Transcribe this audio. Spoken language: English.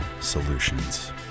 solutions